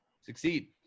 succeed